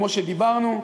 כמו שדיברנו.